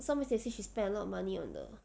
some says she spend a lot of money on the